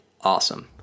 awesome